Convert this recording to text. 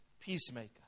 Peacemaker